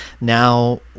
now